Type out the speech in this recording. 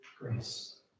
grace